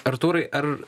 artūrai ar